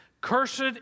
Cursed